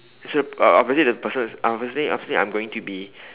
so the obviously the person obviously obviously I'm going to be